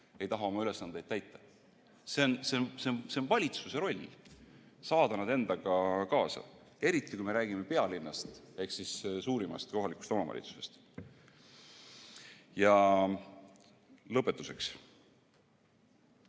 ei taha oma ülesandeid täita. See on valitsuse roll, saada nad endaga kaasa, eriti kui me räägime pealinnast ehk suurimast kohalikust omavalitsusest. Lõpetuseks.